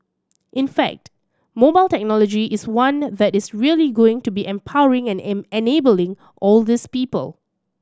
in fact mobile technology is one that is really going to be empowering and enabling all these people